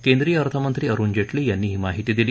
केंद्रीय अर्थमंत्री अरुण जेटली यांनी ही माहिती दिली